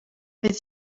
het